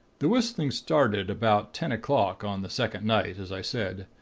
the whistling started about ten o'clock, on the second night, as i said.